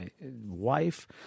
wife